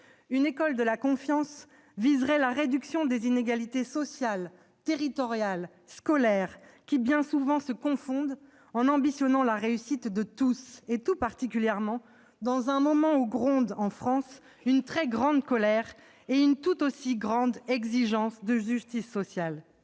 Une école de la confiance viserait la réduction des inégalités sociales, territoriales et scolaires, qui, bien souvent, se confondent, en ambitionnant la réussite de tous, tout particulièrement dans un moment où grondent, en France, une colère très grande et une exigence tout aussi grande de justice sociale.